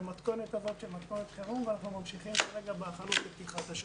במתכונת חירום ואנחנו כרגע ממשיכים בהכנות לפתיחת השנה.